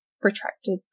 retracted